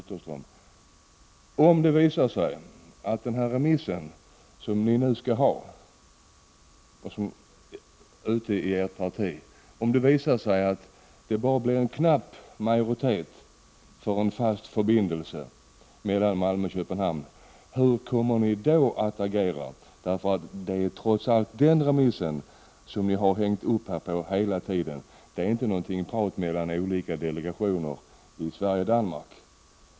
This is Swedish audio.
Men om det när det gäller den remiss som ni nu har valt att genomföra i ert parti visar sig att det bara blir en knapp majoritet för en fast förbindelse mellan Malmö och Köpenhamn, hur kommer ni då att agera? Ni har ju trots allt hängt upp era argument på den remissen hela tiden. Det handlar alltså inte om de olika delegationerna i Sverige och Danmark.